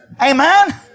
Amen